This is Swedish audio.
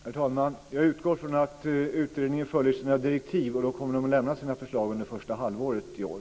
Herr talman! Jag utgår från att utredningen följer sina direktiv, och då kommer man att lämna sina förslag under första halvåret i år.